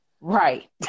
Right